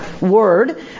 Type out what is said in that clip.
word